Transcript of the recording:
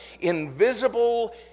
invisible